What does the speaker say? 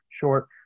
short